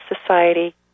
Society